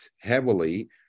heavily